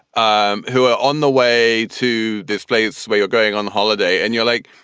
um who are on the way to this place where you're going on holiday and you're like,